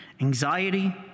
anxiety